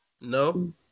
No